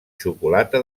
xocolata